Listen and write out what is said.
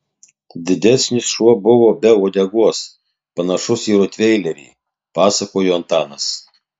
didesnis šuo buvo be uodegos panašus į rotveilerį pasakojo antanas